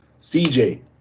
CJ